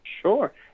Sure